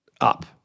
up